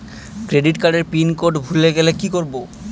Credit কার্ডের pin code ভুলে গেলে কি করব?